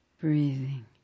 breathing